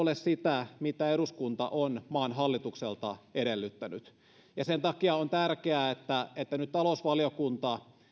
ole sitä mitä eduskunta on maan hallitukselta edellyttänyt ja sen takia on tärkeää että että nyt talousvaliokunta